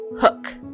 Hook